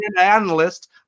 analyst